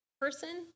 person